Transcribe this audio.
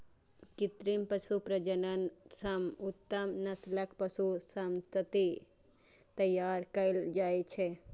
कृत्रिम पशु प्रजनन सं उत्तम नस्लक पशु संतति तैयार कएल जाइ छै